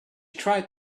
tried